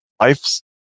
life's